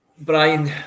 Brian